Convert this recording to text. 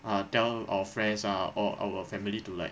ah tell our friends ah or our family to like